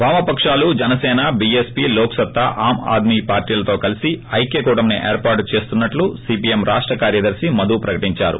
వామపకాలు Janasena BSP Lok Satta Aam Aadmi పార్టీలతో కలసి ఐక్య కూటమి ఏర్పాటు చేస్తున్సట్లు సీపీఎం రాష్ట కార్యదర్శి మధు ప్రకటించారు